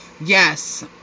Yes